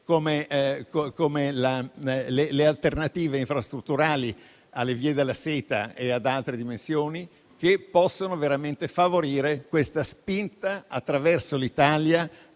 come le alternative infrastrutturali alla via della seta e ad altre dimensioni, che possono favorire la spinta, attraverso l'Italia,